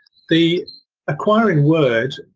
the acquire in word,